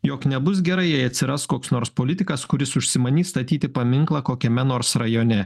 jog nebus gerai jei atsiras koks nors politikas kuris užsimanys statyti paminklą kokiame nors rajone